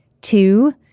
Two